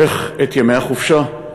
איך בימי החופשה,